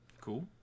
Cool